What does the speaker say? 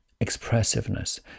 expressiveness